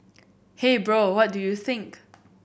hey bro what do you think